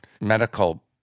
medical